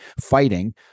fighting